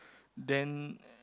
then